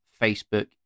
facebook